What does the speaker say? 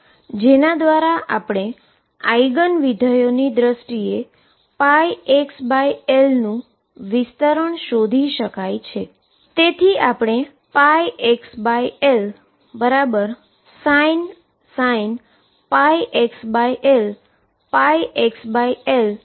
જેના દ્વારા આપણે આઈગન ફંક્શનની દ્રષ્ટિએ πxL નું વિસ્તરણ શોધી શકીએ છીએ